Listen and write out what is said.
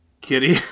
Kitty